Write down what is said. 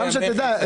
שתדע,